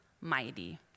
mighty